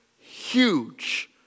huge